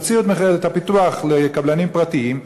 תציעו את הפיתוח לקבלנים פרטיים,